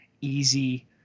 easy